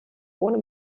ohne